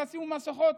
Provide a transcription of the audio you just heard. אל תשימו מסכות,